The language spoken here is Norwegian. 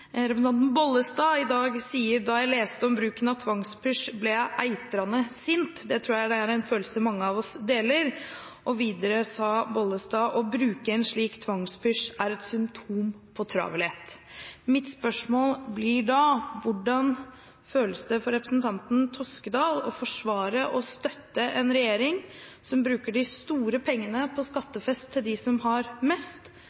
representanten Bollestad, i dag sier: «Da jeg leste om bruken av tvangspysj, ble jeg eitrande sint.» – Det tror jeg er en følelse mange av oss deler. Videre sa Bollestad: «Å bruke en slik tvangspysj er et symptom på travelhet.» Mitt spørsmål blir da: Hvordan føles det for representanten Toskedal å forsvare og støtte en regjering som bruker de store pengene på skattefest til dem som har mest,